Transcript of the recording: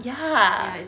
ya